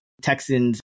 Texans